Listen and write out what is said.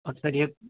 اب سر یہ